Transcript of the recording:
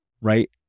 right